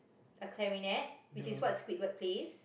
a clarinet which is what Squidward plays